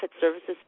services